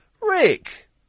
Rick